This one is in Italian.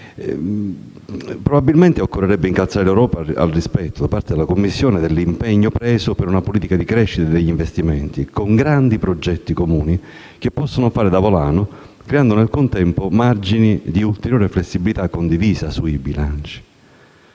Probabilmente occorrerebbe incalzare l'Europa al rispetto, da parte della Commissione, dell'impegno preso per una politica di crescita degli investimenti, con grandi progetti comuni che possano fare da volano, creando nel contempo margini di ulteriore flessibilità condivisa sui bilanci.